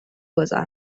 گذار